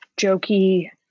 jokey